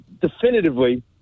definitively